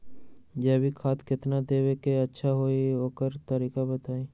जैविक खाद केतना देब त अच्छा होइ ओकर तरीका बताई?